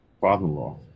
father-in-law